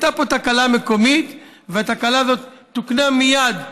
הייתה פה תקלה מקומית, והתקלה הזאת תוקנה מייד,